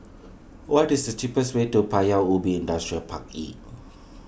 what is the cheapest way to Paya Ubi Industrial Park E